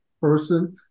person